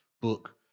book